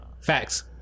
Facts